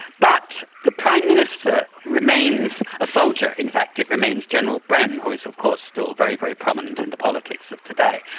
but the prime minister remains a soldier, in fact it remains general bren, who is of course still very, very prominent in the politics of today.